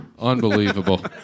Unbelievable